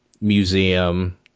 museum